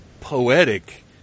poetic